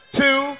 two